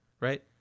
right